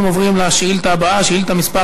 אנחנו עוברים לשאילתה הבאה, שאילתה מס'